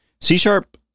C-Sharp